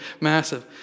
massive